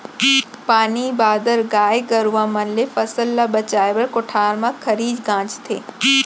पानी बादर, गाय गरूवा मन ले फसल ल बचाए बर कोठार म खरही गांजथें